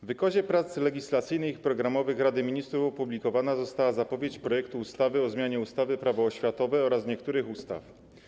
W wykazie prac legislacyjnych i programowych Rady Ministrów opublikowana została zapowiedź projektu ustawy o zmianie ustawy - Prawo oświatowe oraz niektórych ustaw.